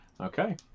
Okay